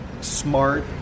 Smart